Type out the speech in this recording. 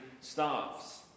staffs